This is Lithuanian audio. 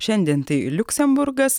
šiandien tai liuksemburgas